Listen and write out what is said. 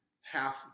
half –